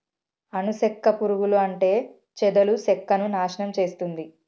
అను సెక్క పురుగులు అంటే చెదలు సెక్కను నాశనం చేస్తుంది